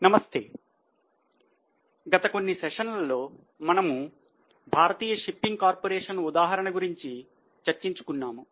నమస్తే గత కొన్ని సెషన్లలో మనము భారతీయ షిప్పింగ్ కార్పొరేషన్ ఉదాహరణ గురించి చర్చించుకున్నాము